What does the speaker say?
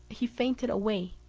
he fainted away,